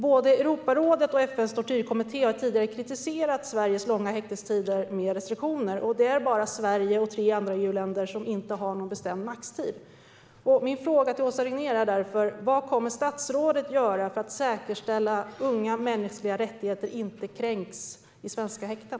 Både Europarådet och FN:s tortyrkommitté har tidigare kritiserat Sveriges långa häktningstider med restriktioner. Det är bara Sverige och tre andra EU-länder som inte har någon bestämd maxtid. Min fråga till Åsa Regnér är därför: Vad kommer statsrådet att göra för att säkerställa att ungas mänskliga rättigheter inte kränks i svenska häkten?